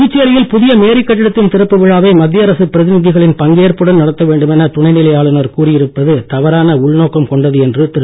புதுச்சேரியில் புதிய மேரி கட்டிடத்தின் திறப்பு விழாவை மத்திய அரசின் பிரதிநிதிகளின் பங்கேற்புடன் நடத்த வேண்டும் என துணைநிலை ஆளுநர் கூறி இருப்பது தவறான உள்நோக்கம் கொண்டது என்று திரு